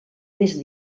més